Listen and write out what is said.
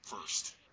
first